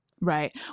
right